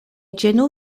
ĝenu